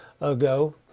ago